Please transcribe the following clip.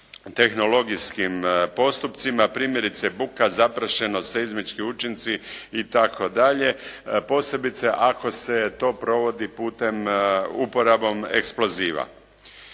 tehnologijskim postupcima, primjerice buka, zaprašenost, seizmički učinci itd., posebice ako se to provodi putem uporabom eksploziva.